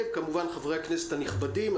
וכמובן חברי הכנסת הנכבדים.